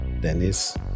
Dennis